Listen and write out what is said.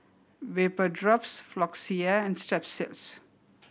Vapodrops Floxia and Strepsils